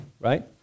right